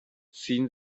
ziehen